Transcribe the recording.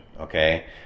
Okay